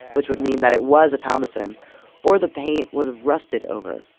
which would mean that it was a thomasson or the paint was rusted over,